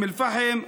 אום אל-פחם,